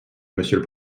monsieur